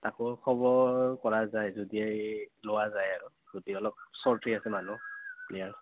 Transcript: তাকো খবৰ পৰা যায় যদি লোৱা যায় আৰু যদি অলপ শ্বৰ্ট হৈ আছে মানুহ প্লেয়াৰ